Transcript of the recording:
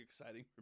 exciting